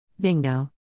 Bingo